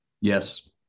Yes